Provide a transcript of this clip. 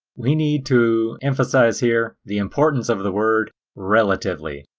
we need to emphasize here the importance of the word relatively,